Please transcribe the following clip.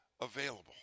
available